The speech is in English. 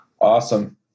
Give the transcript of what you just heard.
Awesome